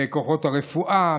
לכוחות הרפואה,